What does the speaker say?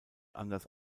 anders